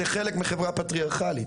זה חלק מחברה פטריארכלית,